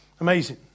Amazing